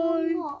Bye